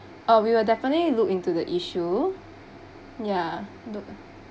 uh we will definitely look into the issue ya look